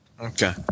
Okay